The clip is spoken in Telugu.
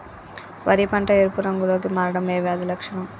వరి పంట ఎరుపు రంగు లో కి మారడం ఏ వ్యాధి లక్షణం?